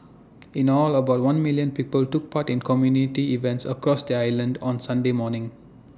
in all about one million people took part in community events across the island on Sunday morning